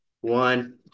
One